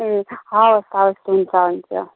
ए हवस् हवस् हुन्छ हुन्छ